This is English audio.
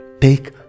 take